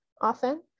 often